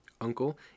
Uncle